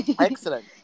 Excellent